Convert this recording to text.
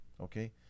Okay